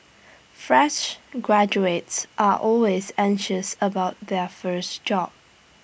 fresh graduates are always anxious about their first job